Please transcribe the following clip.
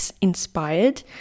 inspired